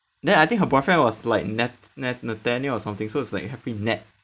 then I think her boyfriend was like nat~ nat~ nathaniel or something so as it's like happy nat